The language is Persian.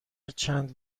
چند